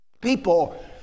people